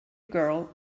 girl